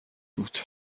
بود